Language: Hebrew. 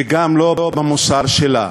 וגם לא במוסר שלה.